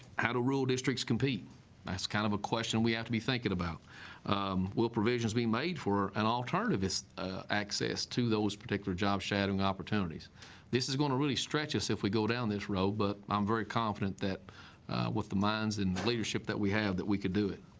how do rural districts compete that's kind of a question we have to be thinking about will provisions be made for an alternative is access to those particular job shadowing opportunities this is going to really stretch us if we go down this road but i'm very confident that with the minds and leadership that we have that we could do it